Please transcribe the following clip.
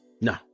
No